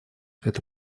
это